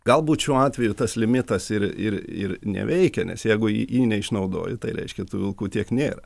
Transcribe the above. galbūt šiuo atveju tas limitas ir ir ir neveikia nes jeigu jį neišnaudoji tai reiškia tų vilkų tiek nėra